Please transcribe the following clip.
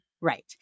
Right